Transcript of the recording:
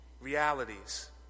realities